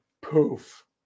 poof